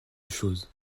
chose